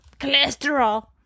cholesterol